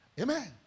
Amen